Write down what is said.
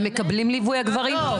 הם מקבלים ליווי, הגברים?